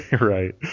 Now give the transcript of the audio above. Right